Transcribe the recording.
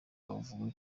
bavuga